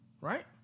right